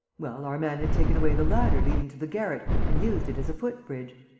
well, our man had taken away the ladder leading to the garret and used it as a foot-bridge.